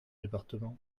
départements